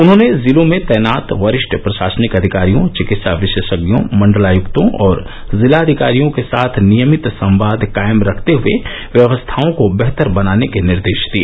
उन्होंने जिलों में तैनात वरिष्ठ प्रशासनिक अधिकारियों चिकित्सा विरोषज्ञों मंडलायुक्तों और जिलाधिकारियों के साथ नियमित संवाद कायम रखते हुए व्यवस्थाओं को बेहतर बनाने के निर्देश दिए